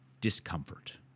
discomfort